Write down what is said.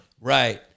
Right